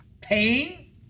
pain